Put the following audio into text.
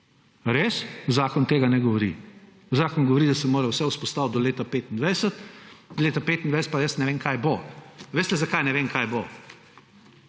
res? Zakon tega ne govori. Zakon govori, da se mora vse vzpostaviti do leta 2025. Leta 2025 pa jaz ne vem, kaj bo. Veste, zakaj ne vem, kaj bo?